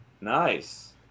Nice